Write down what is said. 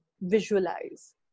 visualize